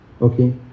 Okay